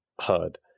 heard